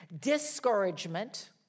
discouragement